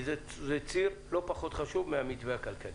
כי זה ציר לא פחות חשוב מהמתווה הכלכלי.